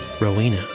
Rowena